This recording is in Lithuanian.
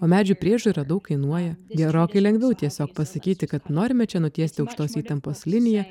o medžių priežiūra daug kainuoja gerokai lengviau tiesiog pasakyti kad norime čia nutiesti aukštos įtampos liniją